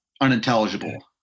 unintelligible